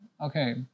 okay